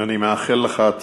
אני מאחל לך הצלחה.